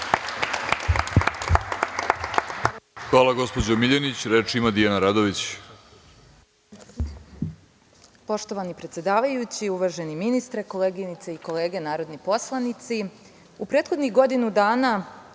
Hvala gospođo Miljanić. Reč ima Dijana Radović.